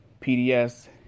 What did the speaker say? PDS